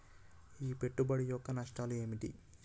ఈ పెట్టుబడి యొక్క నష్టాలు ఏమిటి?